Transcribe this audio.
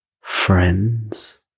friends